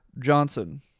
Johnson